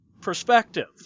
perspective